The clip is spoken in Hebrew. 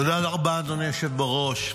תודה רבה, אדוני היושב בראש.